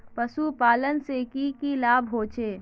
पशुपालन से की की लाभ होचे?